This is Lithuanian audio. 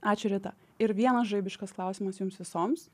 ačiū rita ir vienas žaibiškas klausimas jums visoms